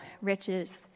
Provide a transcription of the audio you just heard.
riches